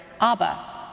Abba